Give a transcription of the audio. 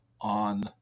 on